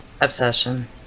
obsession